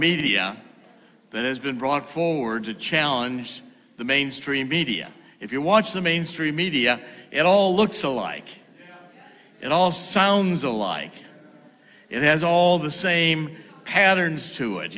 media that has been brought forward to challenge the mainstream media if you watch the mainstream media it all looks alike it all sounds alike it has all the same patterns to it